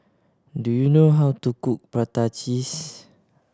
do you know how to cook prata cheese